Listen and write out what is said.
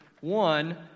One